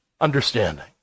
understanding